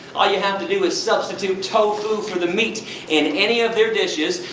all you have to do is substitute tofu for the meat in any of their dishes,